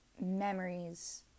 memories